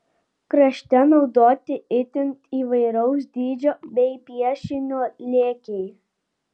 krašte naudoti itin įvairaus dydžio bei piešinio lėkiai